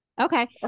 Okay